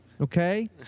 Okay